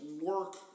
work